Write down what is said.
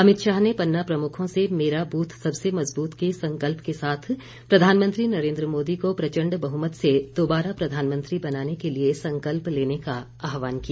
अमित शाह ने पन्ना प्रमुखों से मेरा बूथ सबसे मजबूत के संकल्प के साथ प्रधानमंत्री नरेन्द्र मोदी को प्रचण्ड बहुमत से दोबारा प्रधानमंत्री बनाने के लिए संकल्प लेने का आहवान किया